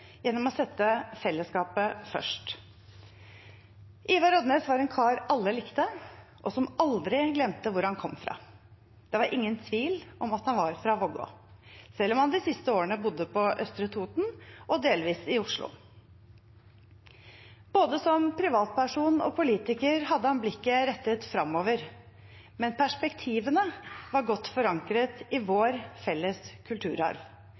gjennom å sette fellesskapet først. Ivar Odnes var en kar alle likte, og som aldri glemte hvor han kom fra. Det var ingen tvil om at han var fra Vågå, selv om han de siste årene bodde på Østre Toten og delvis i Oslo. Både som privatperson og politiker hadde han blikket rettet framover, men perspektivene var godt forankret i vår felles kulturarv.